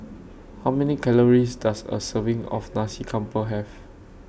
How Many Calories Does A Serving of Nasi Campur Have